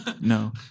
No